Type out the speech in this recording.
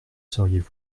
seriez